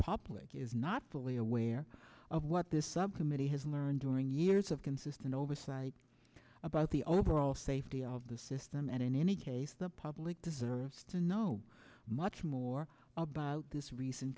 public is not fully aware of what this subcommittee has learned during years of consistent oversight about the overall safety of the system and in any case the public deserves to know much more about this recent